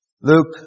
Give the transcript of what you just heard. Luke